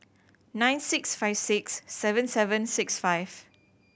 nine six five six seven seven six five